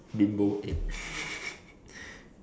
bimbo head